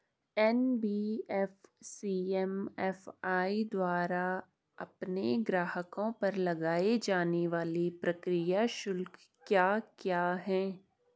NBFC MFI द्वारा अपने ग्राहकों पर लगाए जाने वाले प्रक्रिया शुल्क क्या क्या हैं?